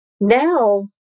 now